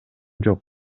жок